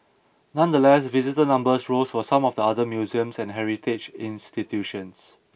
nonetheless visitor numbers rose for some of the other museums and heritage institutions